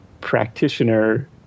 practitioner